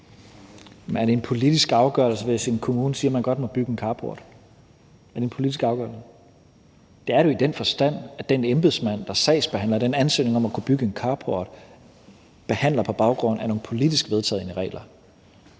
Er det en politisk afgørelse, hvis en kommune siger, at man godt må bygge en carport? Er det en politiske afgørelse? Det er det jo i den forstand, at den embedsmand, der sagsbehandler den ansøgning om at kunne bygge en carport, handler på baggrund af nogle politisk vedtagne regler.